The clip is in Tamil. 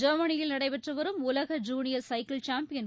ஜெர்மனியில் நடைபெற்று வரும் உலக ஜூனியர் சைக்கிள் சாம்பியன்